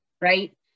Right